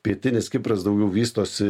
pietinis kipras daugiau vystosi